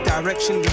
Direction